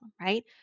right